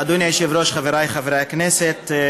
אדוני היושב-ראש, חבריי חברי הכנסת,